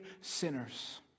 sinners